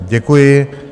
Děkuji.